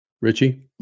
Richie